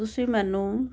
ਤੁਸੀਂ ਮੈਨੂੰ